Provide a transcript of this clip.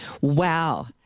Wow